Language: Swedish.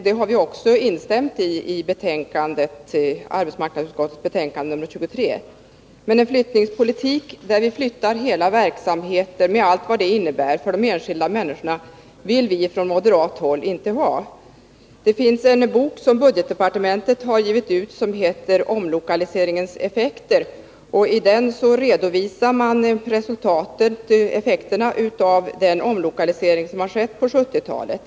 Det har vi också sagt i betänkandet. Men en flyttningspolitik där man flyttar hela verksamheter med allt vad det innebär för de enskilda människorna vill vi från moderat håll inte ha. Budgetdepartementet har gett ut en rapport som heter Omlokaliseringens effekter. I den redovisas effekterna av de omlokaliseringar som skett på 1970-talet.